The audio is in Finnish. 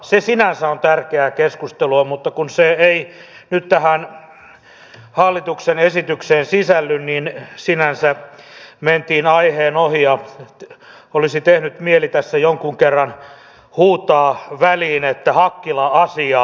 se on sinänsä tärkeää keskustelua mutta kun se ei nyt tähän hallituksen esitykseen sisälly niin sinänsä mentiin aiheen ohi ja olisi tehnyt mieli tässä jonkun kerran huutaa väliin että hakkila asiaan